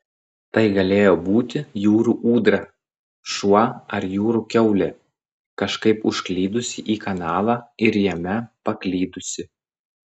tai galėjo būti jūrų ūdra šuo ar jūrų kiaulė kažkaip užklydusi į kanalą ir jame paklydusi